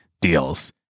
deals